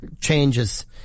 changes